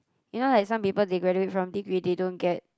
you know like some people they graduate from degree they don't get